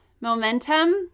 momentum